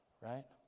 right